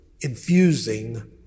infusing